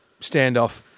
standoff